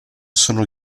sono